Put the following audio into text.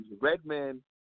Redman